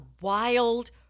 wild